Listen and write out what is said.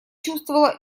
чувствовала